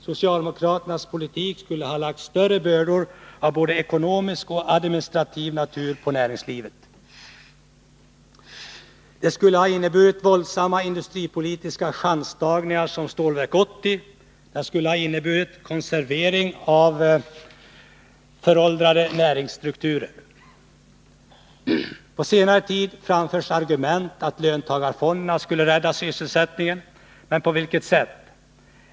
Socialdemokraternas politik skulle ha lagt stora bördor av både ekonomisk och administ rativ natur på näringslivet. Den skulle ha inneburit våldsamma industripolitiska chanstagningar i likhet med Stålverk 80. Den skulle ha inneburit konservering av föråldrade näringsstrukturer. På senare tid framförs argumentet, att löntagarfonderna skall rädda sysselsättningen. Men på vilket sätt?